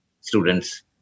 students